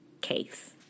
case